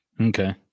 Okay